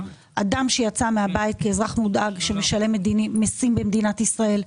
אדם שיצא מהבית כאזרח מודאג שמשלם מיסים במדינת ישראל,